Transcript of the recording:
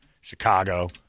Chicago